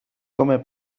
come